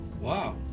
wow